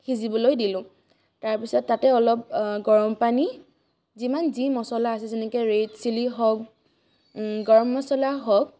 সিজিবলৈ দিলোঁ তাৰপিছত তাতে অলপ গৰম পানী যিমান যি মছলা আছে যেনেকৈ ৰেড চিলি হওক গৰম মছলা হওক